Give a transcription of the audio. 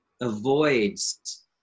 avoids